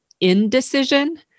indecision